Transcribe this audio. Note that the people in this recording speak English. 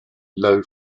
low